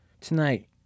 Tonight